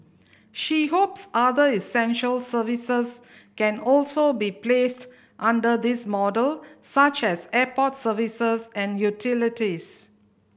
she hopes other essential services can also be placed under this model such as airport services and utilities